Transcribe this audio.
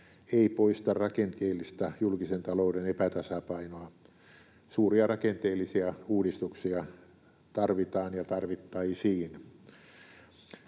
ei poista rakenteellista julkisen talouden epätasapainoa. Suuria rakenteellisia uudistuksia tarvitaan ja tarvittaisiin.